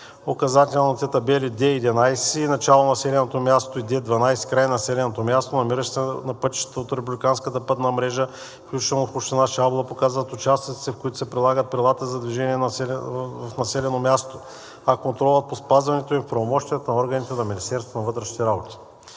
Указателните табели Д11 „Начало на населено място“ и Д12 „Край на населеното място“, намиращи се на пътищата от републиканската пътна мрежа, включително и в община Шабла, показват участъците, в които се прилагат правилата за движение в населено място, а контролът по спазването им е в правомощията на органите на Министерството на вътрешните работи.